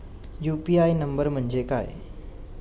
UPI number म्हणजे काय?